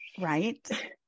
right